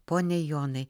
pone jonai